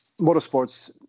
motorsports